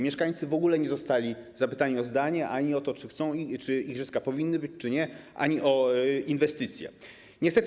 Mieszkańcy w ogóle nie zostali zapytani o zdanie: ani o to, czy chcą igrzysk, czy igrzyska powinny być czy nie, ani o inwestycje, niestety.